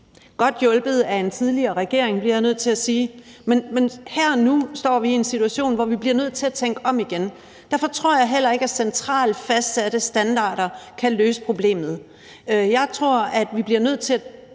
godt hjulpet af en tidligere regering, bliver jeg nødt til at sige. Men her og nu står vi i en situation, hvor vi bliver nødt til at tænke om igen. Derfor tror jeg heller ikke, at centralt fastsatte standarder kan løse problemet. Jeg tror, at vi bliver nødt til